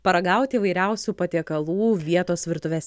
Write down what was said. paragauti įvairiausių patiekalų vietos virtuvės